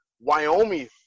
Wyoming